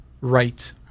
Right